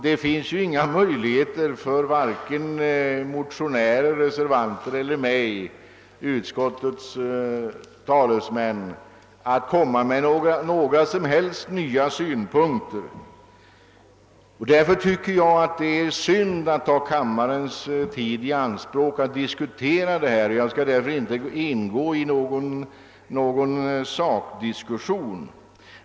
Det finns därför inga möjligheter för vare sig motionärer, reservanter eller utskottets talesmän att komma med några som helst nya synpunkter. Därför tycker jag att det är synd att ta kammarens tid i anspråk för en diskussion av dessa frågor, och jag skall inte gå in på någon sakdiskussion.